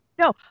no